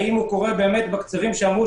האם הוא קורה באמת בקצבים שאמרו,